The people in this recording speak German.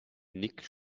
nick